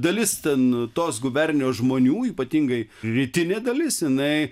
dalis ten tos gubernijos žmonių ypatingai rytinė dalis jinai